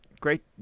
Great